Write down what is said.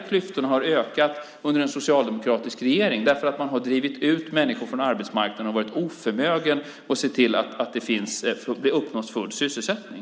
Klyftorna har ökat under socialdemokratisk regering, därför att man har drivit ut människor från arbetsmarknaden och varit oförmögen att se till att det uppnås full sysselsättning.